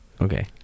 Okay